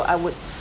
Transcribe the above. I would